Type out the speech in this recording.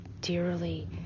dearly